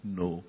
no